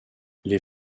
les